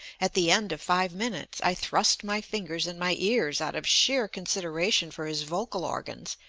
at the end of five minutes i thrust my fingers in my ears out of sheer consideration for his vocal organs,